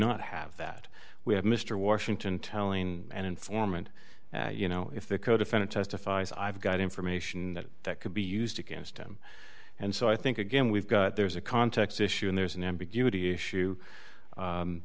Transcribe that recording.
not have that we have mr washington telling an informant you know if the codefendant testifies i've got information that that could be used against him and so i think again we've got there's a context issue and there's an ambiguity issue